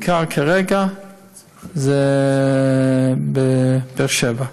העיקר כרגע זה בבאר-שבע.